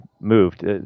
moved